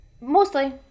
Mostly